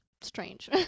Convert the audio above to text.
strange